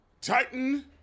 Titan